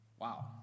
Wow